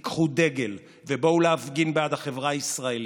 תיקחו דגל, ובואו להפגין בעד החברה הישראלית,